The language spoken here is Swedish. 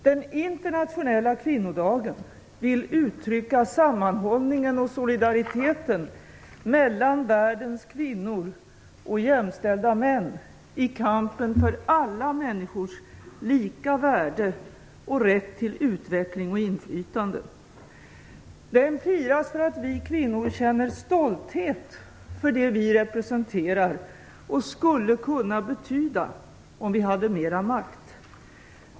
Den internationella kvinnodagen vill uttrycka sammanhållningen och solidariteten mellan världens kvinnor - och jämställda män - i kampen för alla människors lika värde och rätt till utveckling och inflytande. Den firas för att vi kvinnor känner stolthet för det vi representerar och skulle kunna betyda om vi hade mera makt.